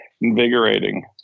invigorating